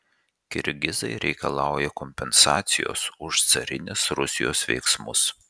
kirgizai reikalauja kompensacijos už carinės rusijos veiksmus